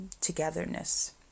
togetherness